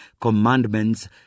commandments